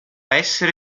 essere